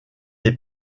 est